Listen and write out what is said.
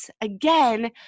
again